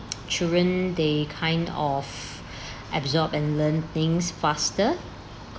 children they kind of absorb and learn things faster